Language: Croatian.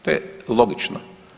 To je logično.